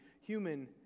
human